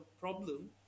problem